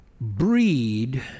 breed